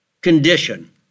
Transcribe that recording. condition